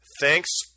thanks